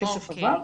הכסף עבר.